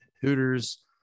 Hooters